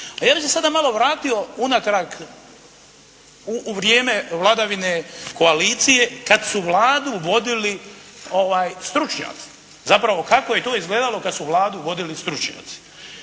A ja bih se sada malo vratio unatrag, u vrijeme vladavine koalicije kad su Vladu vodili stručnjaci. Zapravo kako je to izgledalo kad su Vladu vodili stručnjaci.